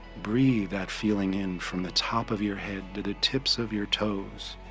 breathe that feeling in from the top of your head to the tips of your toes